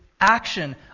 action